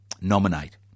nominate